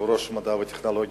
יושב-ראש ועדת המדע והטכנולוגיה,